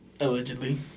Allegedly